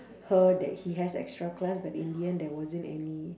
her that he has extra class but in the end there wasn't any